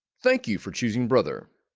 thank you for choosing brother